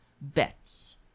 bets